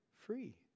free